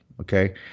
Okay